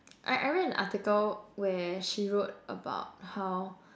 I I read an article where she wrote about how